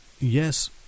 yes